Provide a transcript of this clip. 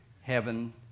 heaven